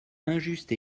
injuste